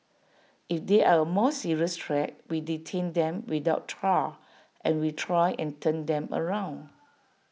if they are A more serious threat we detain them without trial and we try and turn them around